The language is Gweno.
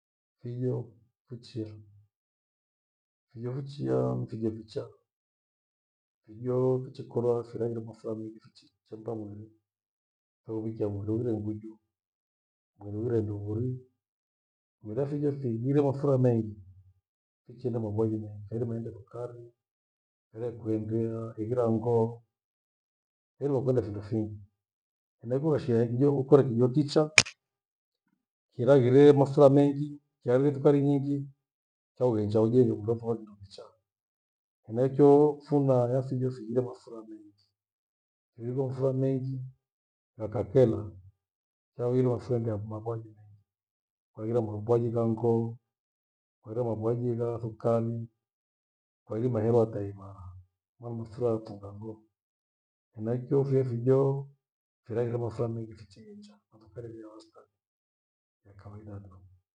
Fijo vichia. Fijo vichia, fijo vichaa. Fijo fichekora thena kindo ena mafura mengi fichi cheunda munyu. Hewikia mwindo ure uguju gwereire indogoru, mira fijo fi vire mafura mengi hichithe maghobi mwangi thairima enda thukari hereikwie ndia ighira mngoo hemu kwenda findo fingi. Henaicho washea kijo ukore kijo kichaa kiraghire mafura mengi, kiraghire sukari nyingi, kague changie kindokichaa. Henaicho phuna yafighe fighire mafura mengi. Fighire mafura mengi hakakela kiragindo mafura me- mengi. Ukaghira mrumbu waijiga ngoo, kwairima mambuagina sukali kwairima hero hataiimara kwani mafura yafunga ngoo. Henaicho fuye vijo firaghire mafura mengi vichihenja na sukari ive ya wastani yakawaidadu.